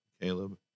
caleb